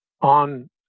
on